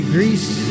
Greece